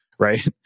Right